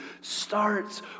starts